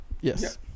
Yes